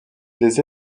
les